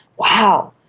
wow,